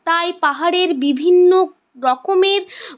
তাই পাহাড়ের বিভিন্ন রকমের